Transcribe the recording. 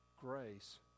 grace